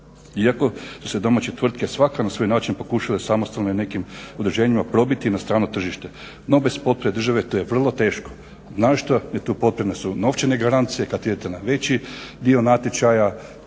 iako su se domaće tvrtke svaka na svoj način pokušale samostalno i nekim određenjima probiti na strano tržište. No, bez potpore države to je vrlo teško. Naročito su tu potrebne novčane garancije kad idete na veći dio natječaja,